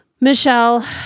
Michelle